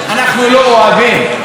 זה מאפיין יסודי,